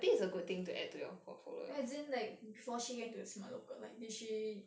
as in like before she got into the smart local like did she